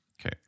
Okay